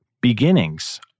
Beginnings